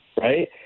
Right